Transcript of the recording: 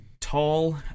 tall